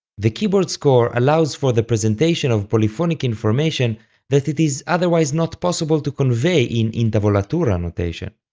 the keyboard score allows for the presentation of polyphonic information that it is otherwise not possible to convey in intavolatura notation.